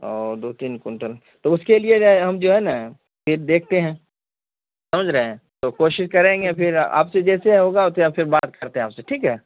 او دو تین کنٹل تو اس کے لیے جو ہے ہم جو ہے نا پھر دیکھتے ہیں سمجھ رہے ہیں تو کوشش کریں گے پھر آپ سے جیسے ہوگا تو یا پھر بات کرتے ہیں آپ سے ٹھیک ہے